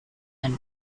and